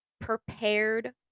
prepared